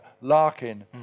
Larkin